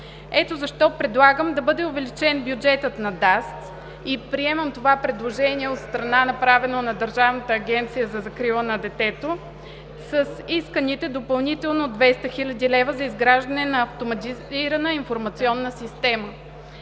Ето защо, предлагам да бъде увеличен бюджетът на ДАЗД и приемам това предложение, направено от страна на Държавната агенция за закрила на детето с исканите допълнително 200 хил. лв. за изграждане на автоматизирана информационна система.